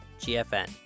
GFN